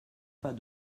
pas